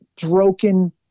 broken